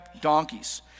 donkeys